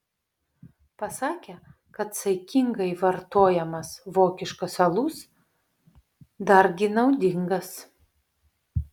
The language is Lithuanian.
pasakė kad saikingai vartojamas vokiškas alus dargi naudingas